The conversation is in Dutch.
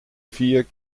vier